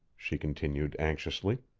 she continued anxiously.